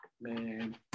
man